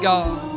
God